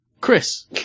Chris